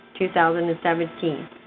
2017